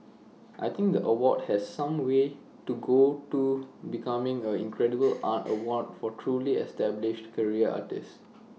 I think the award has some way to go to becoming A credible art award for truly established career artists